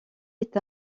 est